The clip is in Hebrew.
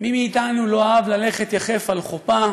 מי מאיתנו לא אהב ללכת יחף על חופה,